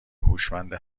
هوشمند